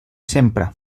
sempre